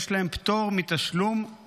יש להם פטור מתשלום,